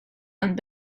and